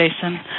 Jason